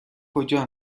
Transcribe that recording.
کجا